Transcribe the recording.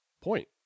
point